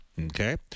Okay